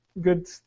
good